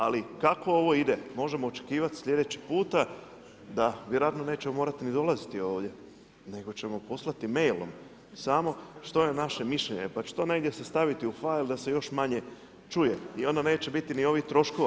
Ali kako ovo ide, možemo očekivati slijedeći puta da vjerojatno nećemo morati ni dolaziti ovdje, nego ćemo poslati mail-om samo što je naše mišljenje, pa će se to negdje staviti u fail da se još manje čuje i onda neće biti ni ovih troškova.